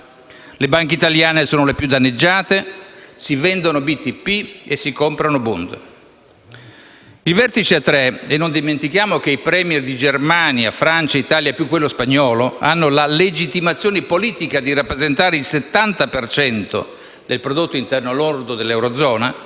le banche italiane sono le più danneggiate: si vendono BTP e si comprano *bond*. Il vertice a tre - non dimentichiamo che i *Premier* di Germania, Francia e Italia, più quello spagnolo, hanno la legittimazione politica di rappresentare il 70 per cento del prodotto interno lordo dell'Eurozona